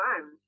time